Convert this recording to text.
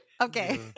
Okay